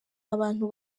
abantu